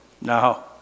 No